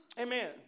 Amen